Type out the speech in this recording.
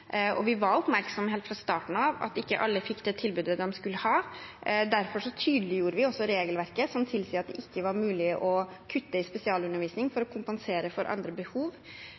Vi var helt fra starten av oppmerksomme på at ikke alle fikk det tilbudet de skulle ha. Derfor tydeliggjorde vi også regelverket, som tilsier at det ikke er mulig å kutte i spesialundervisning for å kompensere for andre behov.